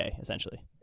essentially